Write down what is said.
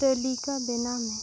ᱛᱟᱹᱞᱤᱠᱟ ᱵᱮᱱᱟᱣ ᱢᱮ